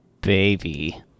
baby